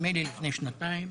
נדמה לי שלפני שנתיים,